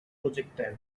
projectile